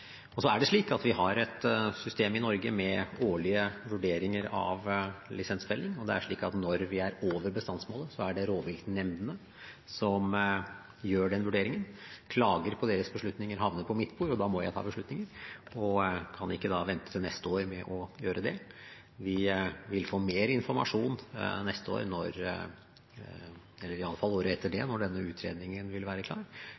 Vi har et system i Norge med årlige vurderinger av lisensfelling. Når vi er over bestandsmålet, er det rovviltnemndene som gjør den vurderingen. Klager på deres beslutninger havner på mitt bord, og da må jeg ta beslutninger. Jeg kan ikke vente til neste år med å gjøre det. Vi vil få mer informasjon neste år – eller i alle fall året etter det igjen, når denne utredningen vil være klar.